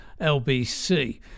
LBC